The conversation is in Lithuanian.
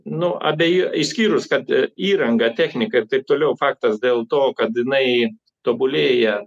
nu abiej išskyrus kad įrangą techniką ir taip toliau faktas dėl to kad jinai tobulėja